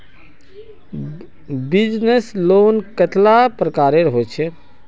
Business loan कतेला प्रकारेर होचे?